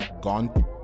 gone